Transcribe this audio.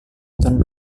turn